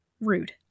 rude